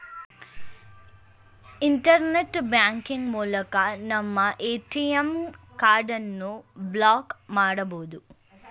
internet banking ಮೂಲಕ ನಮ್ಮ ATM ಕಾರ್ಡನ್ನು ಬ್ಲಾಕ್ ಮಾಡಬೊದು